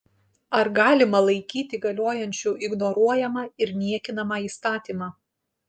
ar galima laikyti galiojančiu ignoruojamą ir niekinamą įstatymą